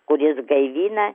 kuris gaivina